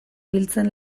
biltzen